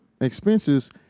expenses